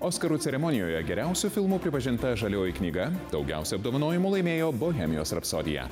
oskarų ceremonijoje geriausiu filmu pripažinta žalioji knyga daugiausia apdovanojimų laimėjo bohemijos rapsodija